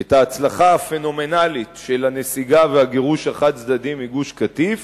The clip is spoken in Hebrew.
את ההצלחה הפנומנלית של הנסיגה והגירוש החד-צדדי מגוש-קטיף